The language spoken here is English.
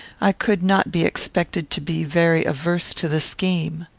i could not be expected to be very averse to the scheme.